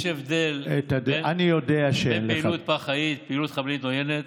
לא, מיקי, יש הבדל בין פעילות חבלנית עוינת